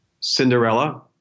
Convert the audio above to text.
Cinderella